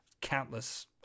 countless